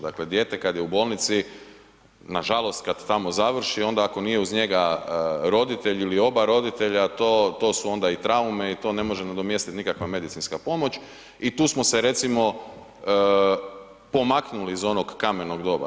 Dakle, dijete kad je u bolnici, nažalost kad tamo završi, onda ako nije uz njega roditelj ili oba roditelja, to, to su onda i traume i to ne može nadomjestit nikakva medicinska pomoć i tu smo se recimo pomaknuli iz onog kamenog doba.